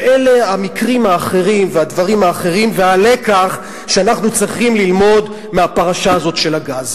ואלה המקרים האחרים והלקח שאנחנו צריכים ללמוד מהפרשה הזאת של הגז.